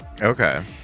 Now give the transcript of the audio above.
okay